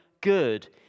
good